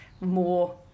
more